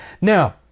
now